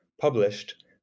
published